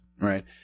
Right